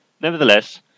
Nevertheless